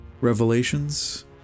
revelations